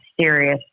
serious